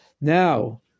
Now